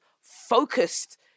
focused